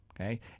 okay